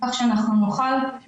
התוכנית